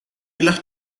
las